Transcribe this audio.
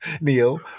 Neil